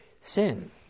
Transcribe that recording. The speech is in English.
sin